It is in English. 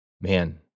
man